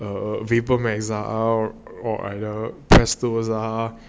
err vapor mizar ah or either festivals ah